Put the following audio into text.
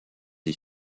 des